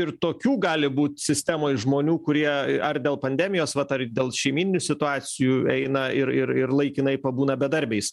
ir tokių gali būt sistemoj žmonių kurie ar dėl pandemijos vat ar dėl šeimyninių situacijų eina ir ir ir laikinai pabūna bedarbiais